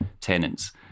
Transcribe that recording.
tenants